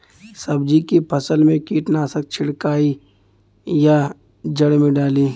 सब्जी के फसल मे कीटनाशक छिड़काई या जड़ मे डाली?